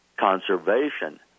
conservation